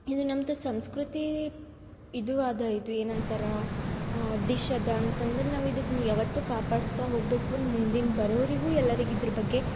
ಇದು ನಮ್ದು ಸಂಸ್ಕೃತಿ ಇದು ಅದ ಇದು ಏನಂತಾರ ಡಿಶ್ ಅದ ಅಂತಂದರೆ ನಾವು ಇದಕ್ಕೆ ಯಾವತ್ತು ಕಾಪಾಡ್ತಾ ಹೋಗಬೇಕು ಮುಂದಿನ ಬರೋರಿಗು ಎಲ್ಲರಿಗೆ ಇದ್ರ ಬಗ್ಗೆ